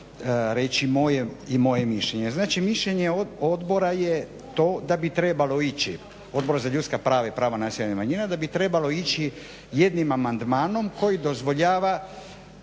reći moje mišljenje. Znači mišljenje odbora je to da bi trebalo ići, Odbor za ljudska prava i prava nacionalnih manjina da bi trebalo ići jednim amandmanom koji dozvoljava